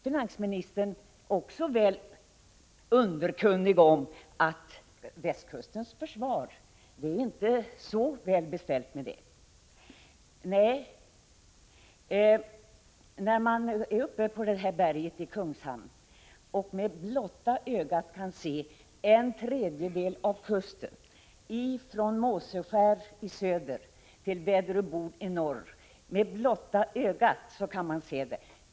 Finansministern är väl också underkunnig om att det inte är så väl beställt med västkustens försvar. När man är uppe på det här berget i Kungshamn kan man med blotta ögat se en tredjedel av kusten ifrån Måseskär i söder till Väderöbod i norr.